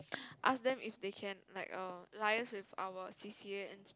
ask them if they can like err liaise with our c_c_a and